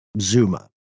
Zuma